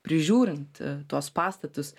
prižiūrint tuos pastatus